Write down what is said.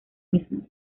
mismo